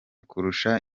kurusha